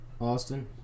Austin